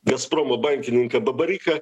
gazpromo bankininką babaryką